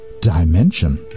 dimension